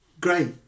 great